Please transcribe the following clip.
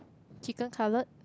chicken cutlet